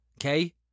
okay